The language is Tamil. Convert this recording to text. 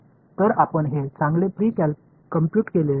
எனவே இதை நாம் முன்கூட்டியே கணக்கிட வேண்டும்